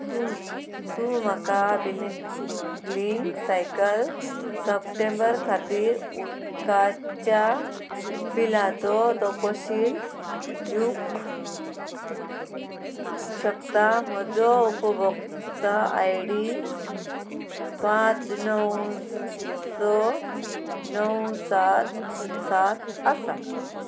तूं तूं म्हाका बिलिंग ब्लिंक सायकल सप्टेंबर खातीर उदकाच्या बिलाचो तपशील दिवंक शकता म्हजो उपभोक्ता आय डी पांच णव स णव सात सात आसा